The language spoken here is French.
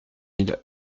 mille